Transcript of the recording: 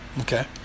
Okay